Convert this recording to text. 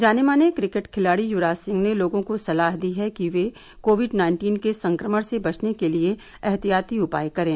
जाने माने क्रिकेट खिलाड़ी युवराज सिंह ने लोगों को सलाह दी है कि वे कोविड नाइन्टीन के संक्रमण से बचने के लिए एहतियाती उपाय करें